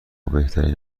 بهترین